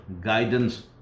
guidance